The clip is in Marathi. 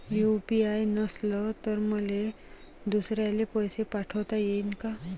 यू.पी.आय नसल तर मले दुसऱ्याले पैसे पाठोता येईन का?